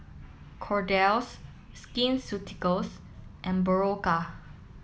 Kordel's Skin Ceuticals and Berocca